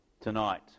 tonight